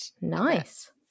Nice